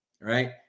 right